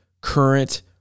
current